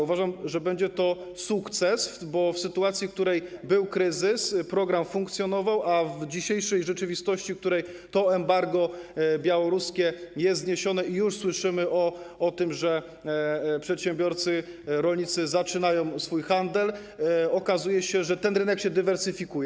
Uważam, że będzie to sukces, bo w sytuacji, w której był kryzys, program funkcjonował, a w dzisiejszej rzeczywistości, w której to embargo białoruskie jest zniesione i już słyszymy o tym, że przedsiębiorcy, rolnicy zaczynają swój handel, okazuje się, że ten rynek się dywersyfikuje.